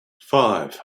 five